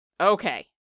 Okay